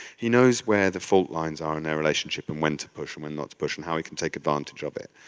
he knows where the fault lines are in their relationship and when to push and when not to push, and how he can take advantage of it.